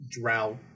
Drought